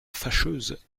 fâcheuse